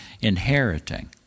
inheriting